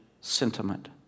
sentiment